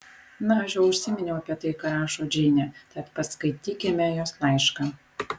na aš jau užsiminiau apie tai ką rašo džeinė tad paskaitykime jos laišką